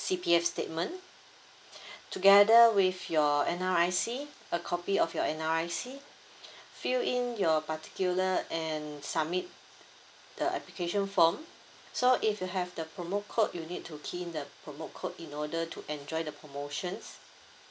C_P_A statement together with your N_R_I_C a copy of your N_R_I_C fill in your particular and submit the application form so if you have the promo code you need to key in the promo code in order to enjoy the promotions